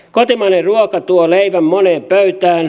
kotimainen ruoka tuo leivän moneen pöytään